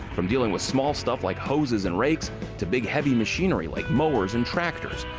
from dealing with small stuff like hoses and rakes to big, heavy machinery like mowers and tractors.